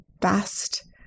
best